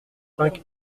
cinq